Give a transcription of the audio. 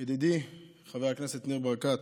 ידידי חבר הכנסת ניר ברקת,